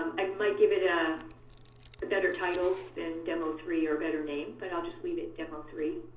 i might give it ah a better title than demo three, or a better name, but i'll just leave it demo three.